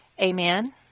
Amen